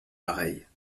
pareilles